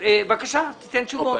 בבקשה, תן תשובות.